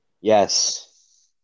Yes